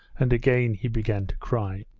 and again he began to cry.